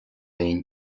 aon